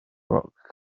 rock